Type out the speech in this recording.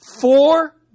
four